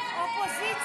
סעיף